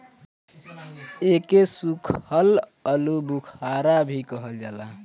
एके सुखल आलूबुखारा भी कहल जाला